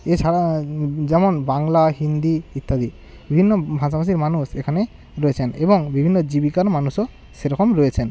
এছাড়া যেমন বাংলা হিন্দি ইত্যাদি বিভিন্ন ভাষাভাষীর মানুষ এখানে রয়েছেন এবং বিভিন্ন জীবিকার মানুষও সেরকম রয়েছেন